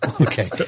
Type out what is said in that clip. Okay